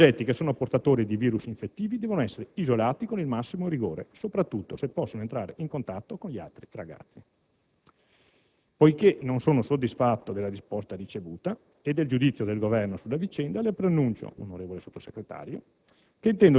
i soggetti che sono portatori di *virus* infettivi devono essere isolati con il massimo rigore, soprattutto se possono entrare in contatto con altri ragazzi. Poiché non sono soddisfatto della risposta ricevuta e del giudizio del Governo sulla vicenda, le preannuncio, onorevole Sottosegretario,